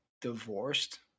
divorced